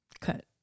cut